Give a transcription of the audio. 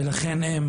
ולכן הם